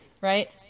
right